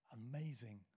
Amazing